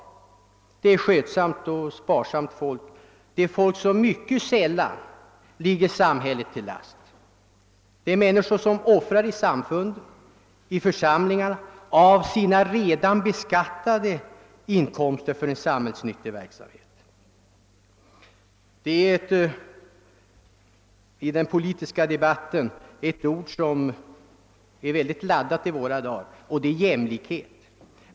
Det är skötsamt och sparsamt folk, som mycket sällan ligger samhället till last. Det är människor som offrar i samfund och församlingar av sina redan beskattade inkomster för en samhällsnyttig verksamhet. I den politiska debatten förekommer det ett ord som är mycket känsloladdat i våra dagar: jämlikhet.